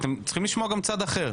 אתם צריכים לשמוע גם צד אחר.